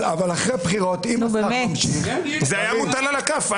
זה היה מוטל על הכף.